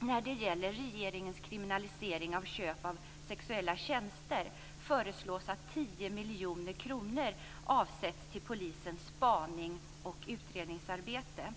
När det gäller regeringens kriminalisering av köp av sexuella tjänster föreslås att 10 miljoner kronor avsätts till polisens spanings och utredningsarbete.